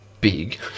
big